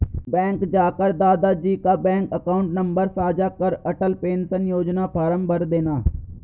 bank जाकर दादा जी का बैंक अकाउंट नंबर साझा कर अटल पेंशन योजना फॉर्म भरदेना